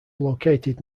located